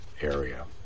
area